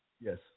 Yes